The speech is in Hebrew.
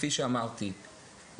כפי שאמרתי,